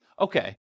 okay